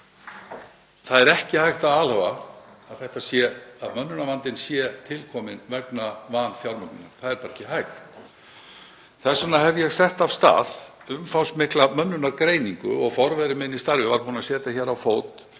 Það er ekki hægt að alhæfa að mönnunarvandinn sé til kominn vegna vanfjármögnunar. Það er bara ekki hægt. Þess vegna hef ég sett af stað umfangsmikla mönnunargreiningu og forveri minn í starfi var búinn að setja á fót